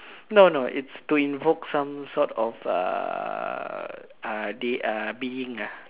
no no it's to invoke some sort of uh de~ uh being ah